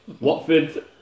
Watford